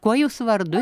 kuo jūs vardu